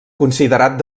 considerat